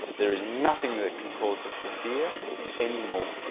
there's nothing that can cause us to fear anymore.